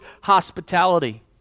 hospitality